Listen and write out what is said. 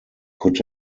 could